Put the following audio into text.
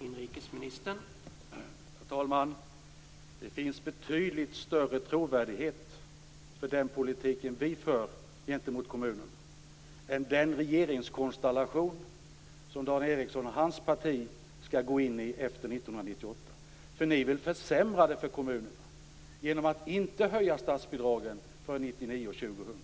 Herr talman! Det finns betydligt större trovärdighet för den politik vi för gentemot kommunerna än den regeringskonstellation som Dan Ericsson och hans parti skall gå in i efter 1998. Ni vill försämra för kommunerna genom att inte höja statsbidragen för 1999 och 2000.